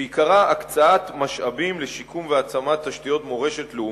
שעיקרה הקצאת משאבים לשיקום והעצמת תשתיות מורשת לאומית.